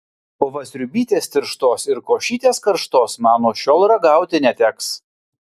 o va sriubytės tirštos ir košytės karštos man nuo šiol ragauti neteks